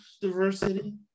diversity